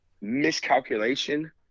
miscalculation